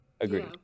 Agreed